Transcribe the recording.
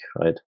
right